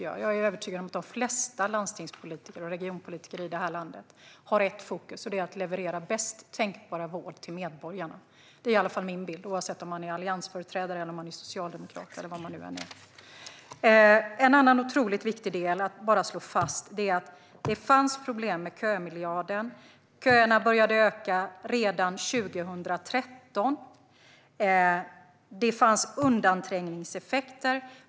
Jag är övertygad om att de flesta landstingspolitiker och regionpolitiker i landet har som fokus att leverera bästa tänkbara vård till medborgarna. Det är i alla fall min bild, oavsett om det gäller alliansföreträdare, socialdemokrater eller andra. En annan otroligt viktig del att slå fast är att det fanns problem med kömiljarden. Köerna började att öka redan 2013. Det fanns undanträngningseffekter.